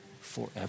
forever